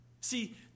See